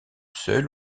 seule